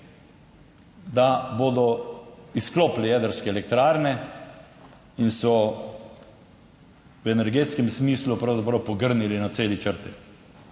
da bodo izklopili jedrske elektrarne in so v energetskem smislu pravzaprav pogrnili na celi črti.